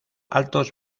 altos